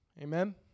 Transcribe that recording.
Amen